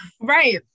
Right